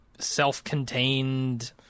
self-contained